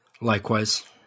Likewise